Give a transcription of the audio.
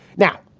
now,